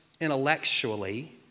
intellectually